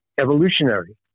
evolutionary